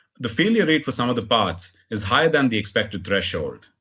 the failure rate for some of the parts is higher than the expected threshold.